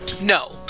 no